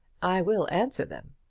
i will answer them.